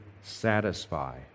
satisfy